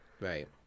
Right